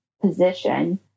position